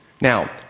Now